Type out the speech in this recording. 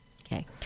okay